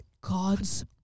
God's